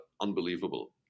unbelievable